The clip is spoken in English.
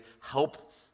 help